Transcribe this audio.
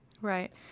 Right